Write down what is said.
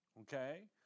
okay